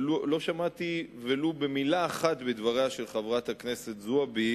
ולא שמעתי ולו במלה אחת בדבריה של חברת הכנסת זועבי